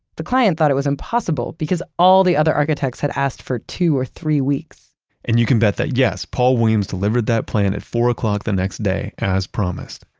the client thought it was impossible because all the other architects had asked for two or three weeks and you can bet that, yes, paul williams delivered that plan at four o'clock the next day, as promised,